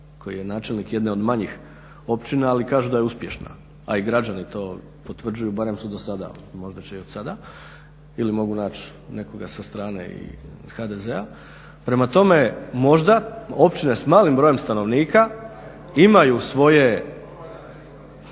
koji je načelnik jedne od manjih općina ali kažu da je uspješna, a i građani to potvrđuju barem su dosada, možda će i odsada ili mogu naći nekoga sa strane i od HDZ-a. Prema tome, možda općine s malim brojem stanovnika imaju svoje